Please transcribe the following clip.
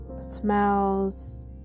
smells